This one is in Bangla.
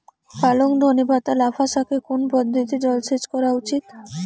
পালং ধনে পাতা লাফা শাকে কোন পদ্ধতিতে জল সেচ করা উচিৎ?